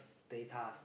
data's